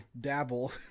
dabble